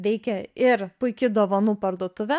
veikia ir puiki dovanų parduotuvė